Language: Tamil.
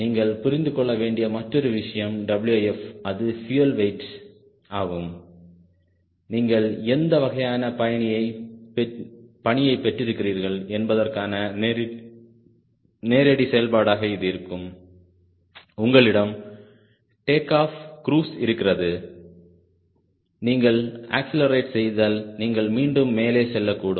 நீங்கள் புரிந்து கொள்ள வேண்டிய மற்றொரு விஷயம் Wf அது பியூயல் வெயிட் ஆகும் நீங்கள் எந்த வகையான பணியைப் பெற்றிருக்கிறீர்கள் என்பதற்கான நேரடி செயல்பாடாக இது இருக்கும் உங்களிடம் டேக் ஆஃப் க்ரூஸ் இருக்கிறது நீங்கள் அக்ஸ்லெரேட் செய்தால் நீங்கள் மீண்டும் மேலே செல்லக்கூடும்